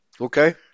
Okay